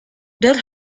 there